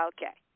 Okay